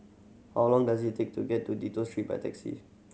how long does it take to get to Dido Street by taxi